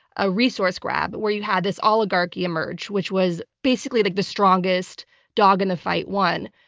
a resource grab where you had this oligarchy emerge, which was basically like the strongest dog in the fight won.